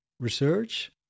Research